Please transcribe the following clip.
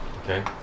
Okay